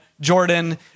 Jordan